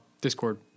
Discord